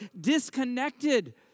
disconnected